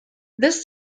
this